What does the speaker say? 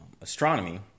astronomy